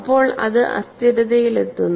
അപ്പോൾ അത് അസ്ഥിരതയിലെത്തുന്നു